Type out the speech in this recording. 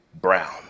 brown